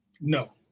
No